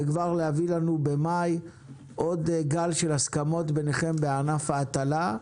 וכבר להביא לנו במאי עוד גל של הסכמות ביניכם בענף ההטלה,